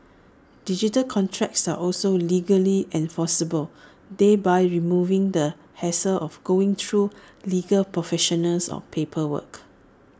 digital contracts are also legally enforceable thereby removing the hassle of going through legal professionals or paperwork